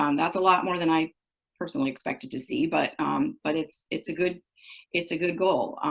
um that's a lot more than i personally expected to see, but but it's it's a good it's a good goal.